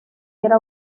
era